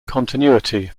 continuity